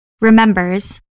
remembers